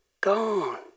gone